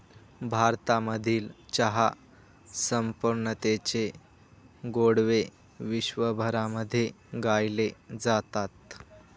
भारतामधील चहा संपन्नतेचे गोडवे विश्वभरामध्ये गायले जातात